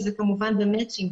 שזה כמובן במצ'ינג,